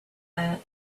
that